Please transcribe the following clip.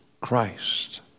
Christ